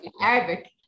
Arabic